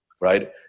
right